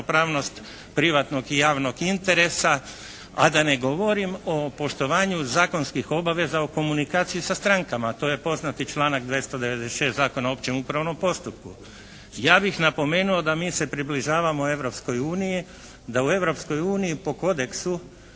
ravnopravnost privatnog i javnog interesa, a da ne govorim o poštovanju zakonskih obaveza u komunikaciji sa strankama, a to je poznati članak 296. Zakona o općem upravnom postupku. Ja bih napomenuo da mi se približavamo Europskoj uniji, da u Europskoj uniji po kodeksu